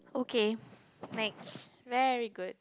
okay next very good